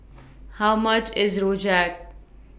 How much IS Rojak